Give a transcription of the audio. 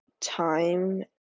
time